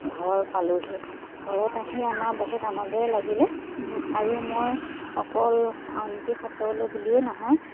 ঘৰ পালোহি ঘৰত আহি আমাৰ বহুত আনন্দই লাগিলে আৰু মই অকল আউনীতি সত্ৰলৈ বুলিয়েই নহয়